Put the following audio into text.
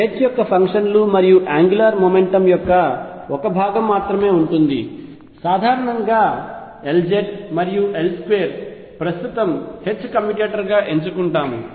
H యొక్క ఫంక్షన్లు మరియు యాంగ్యులార్ మొమెంటమ్ యొక్క ఒక భాగం మాత్రమే ఉంటుంది అది సాధారణంగా Lz మరియు L2 ప్రస్తుతం H కమ్యుటేటర్ గా ఎంచుకుంటాము